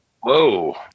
Whoa